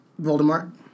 Voldemort